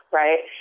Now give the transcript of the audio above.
right